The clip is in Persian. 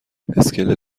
اسکله